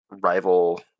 rival